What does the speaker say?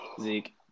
Zeke